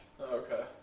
okay